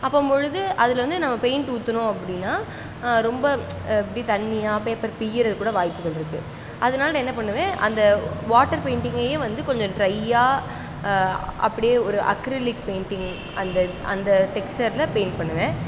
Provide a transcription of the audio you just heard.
அப்போம்பொழுது அதில் வந்து நம்ம பெயிண்ட் ஊற்றுனோம் அப்படின்னா ரொம்ப அப்டேயே தண்ணியாக பேப்பர் பிய்யறதுக்கு கூட வாய்ப்புகள் இருக்குது அதனால நான் என்ன பண்ணுவேன் அந்த வாட்டர் பெயிண்டிங்கையே வந்து கொஞ்சம் டிரையாக அப்படியே ஒரு அக்ரிலிக் பெயிண்டிங் அந்த அந்த டெக்சரில் பெயிண்ட் பண்ணுவேன்